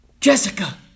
Jessica